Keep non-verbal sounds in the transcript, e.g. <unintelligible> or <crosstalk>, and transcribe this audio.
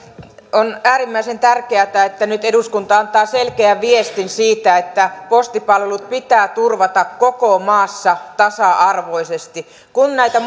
on äärimmäisen tärkeätä että nyt eduskunta antaa selkeän viestin siitä että postipalvelut pitää turvata koko maassa tasa arvoisesti kun näitä <unintelligible>